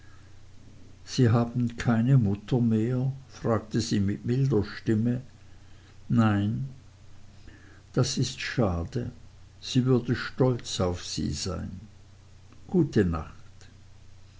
sie haben keine mutter mehr fragte sie mit milder stimme nein das ist schade sie würde stolz auf sie sein gute nacht